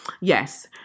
Yes